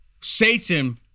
Satan